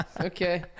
Okay